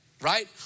Right